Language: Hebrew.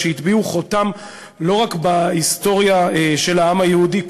שהטביעו חותם לא רק בהיסטוריה של העם היהודי,